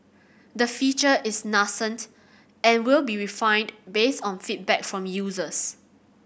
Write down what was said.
the feature is nascent and will be refined based on feedback from users